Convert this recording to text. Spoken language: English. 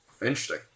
Interesting